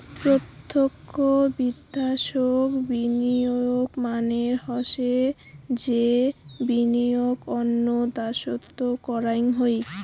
প্রতক্ষ বিদ্যাশোত বিনিয়োগ মানে হসে যে বিনিয়োগ অন্য দ্যাশোত করাং হই